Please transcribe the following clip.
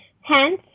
Hence